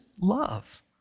love